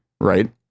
right